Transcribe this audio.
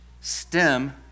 stem